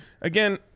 again